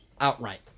outright